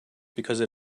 because